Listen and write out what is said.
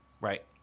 Right